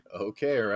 Okay